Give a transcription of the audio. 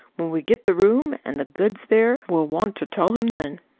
when we get the room, and the goods there, we'll want to tell him then.